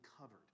covered